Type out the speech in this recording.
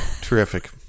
terrific